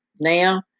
Now